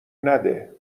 نده